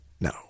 No